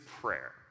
prayer